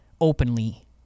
openly